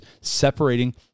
separating